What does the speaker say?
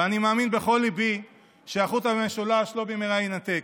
ואני מאמין בכל ליבי שהחוט המשולש לא במהרה יינתק.